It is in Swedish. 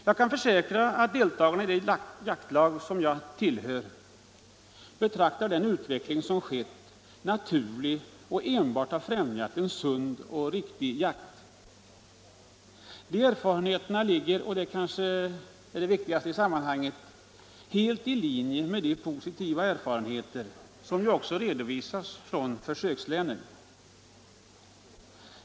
Jag kan försäkra att deltagarna i det jaktlag jag tillhör betraktar den utveckling som skett som naturlig och enbart anser att den har främjat en sund och riktig jakt. De erfarenheterna ligger — och det kanske är det viktigaste i sammanhanget — helt i linje med de positiva erfarenheter som också redovisas från försökslänen.